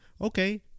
Okay